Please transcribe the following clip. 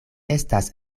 estas